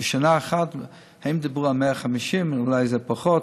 בשנה אחת, הם דיברו על 150, ואולי זה פחות.